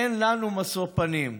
אין לנו משוא פנים.